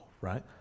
right